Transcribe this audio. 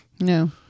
no